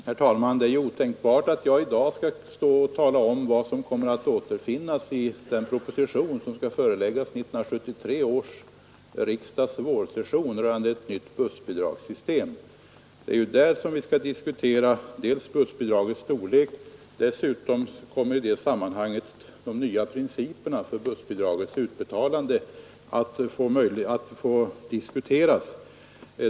Herr talman! Det är otänkbart att jag i dag skall stå och tala om vad som kommer att återfinnas i den proposition som skall föreläggas 1973 års riksdags vårsession rörande ett nytt bussbidragssystem. Det är ju där vi skall diskutera bl.a. bussbidragets storlek. Dessutom kommer i det sammanhanget de nya principerna för bussbidragets utbetalande att få diskuteras.